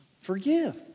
Forgive